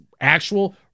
actual